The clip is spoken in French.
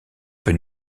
peut